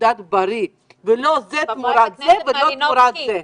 דעת בריא ולא: זה תמורת זה ולא תמורת זה.